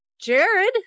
Jared